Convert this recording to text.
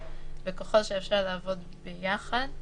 ככל שאפשר למצב של לעבוד ביחד,